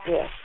Yes